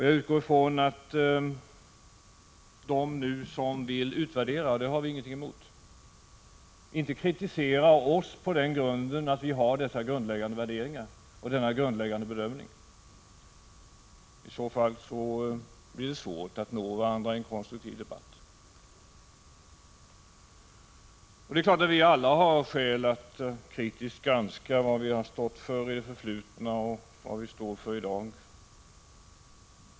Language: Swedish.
Jag utgår från att de som nu vill utvärdera — och det har vi ingenting emot — inte kritiserar oss med anledning av att vi har dessa grundläggande värderingar och denna grundläggande bedömning. I så fall blir det svårt att nå varandra i en konstruktiv debatt. Vi har alla skäl att kritiskt granska vad vi har stått för i det förflutna och vad vi står för i dag.